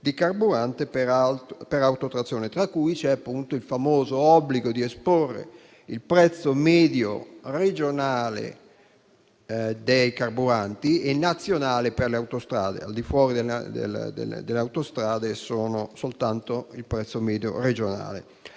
di carburante per autotrazione, tra cui c'è appunto il famoso obbligo di esporre il prezzo medio regionale dei carburanti e nazionale per le autostrade (al di fuori delle autostrade, soltanto il prezzo medio regionale).